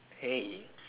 hey